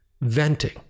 venting